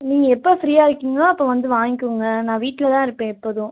நீங்கள் எப்போ ஃப்ரீயாக இருக்கீங்களோ அப்போ வந்து வாங்கிக்கோங்கள் நான் வீட்டில் தான் இருப்பேன் எப்போதும்